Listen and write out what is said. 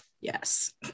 Yes